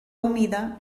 humida